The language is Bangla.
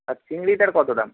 আর চিংড়িটার কতো দাম